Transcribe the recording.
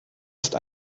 ist